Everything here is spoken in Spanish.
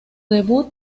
debut